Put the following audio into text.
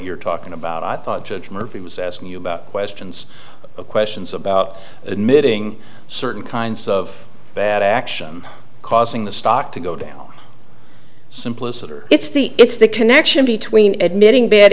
you're talking about i thought judge murphy was asking you about questions of questions about admitting certain kinds of bad action causing the stock to go down simpliciter it's the it's the connection between admitting bad